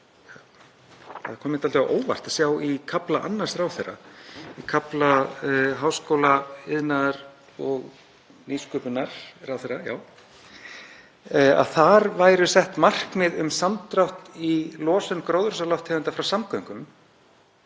Það kom mér dálítið á óvart að sjá í kafla annars ráðherra, í kafla háskóla-, iðnaðar- og nýsköpunarráðherra, að þar væru sett markmið um samdrátt í losun gróðurhúsalofttegunda frá samgöngum,